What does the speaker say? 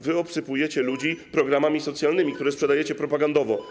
Wy obsypujecie ludzi programami socjalnymi, które sprzedajecie propagandowo.